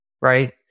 right